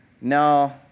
No